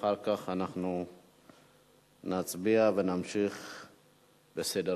אחר כך אנחנו נצביע ונמשיך בסדר-היום.